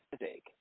mistake